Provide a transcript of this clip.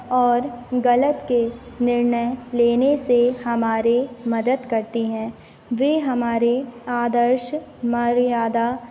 और ग़लत के निर्णय लेने से हमारे मदद करती हैं वे हमारे आदर्श मर्यादा